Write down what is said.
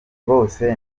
bose